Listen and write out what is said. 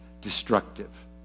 destructive